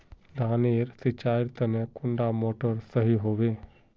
धानेर नेर सिंचाईर तने कुंडा मोटर सही होबे?